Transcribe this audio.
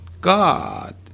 God